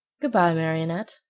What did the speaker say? good-by, marionette,